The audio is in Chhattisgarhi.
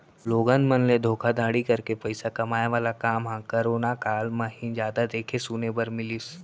लोगन मन ले धोखाघड़ी करके पइसा कमाए वाला काम ह करोना काल म ही जादा देखे सुने बर मिलिस